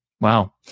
Wow